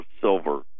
silver